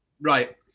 right